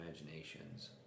imaginations